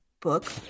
book